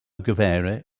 guevara